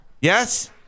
Yes